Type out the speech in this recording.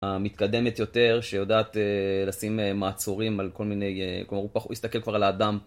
המתקדמת יותר שיודעת לשים מעצורים על כל מיני, כלומר הוא יסתכל כבר על האדם.